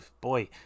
Boy